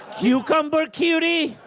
cucumber cutie?